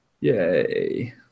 Yay